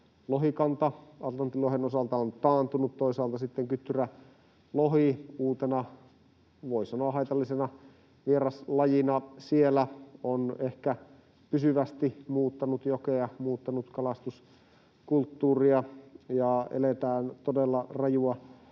lohikanta Atlantin lohen osalta on taantunut. Toisaalta sitten kyttyrälohi uutena, voi sanoa, haitallisena vieraslajina siellä on ehkä pysyvästi muuttanut jokea, muuttanut kalastuskulttuuria. Kun eletään todella rajua